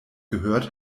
gehört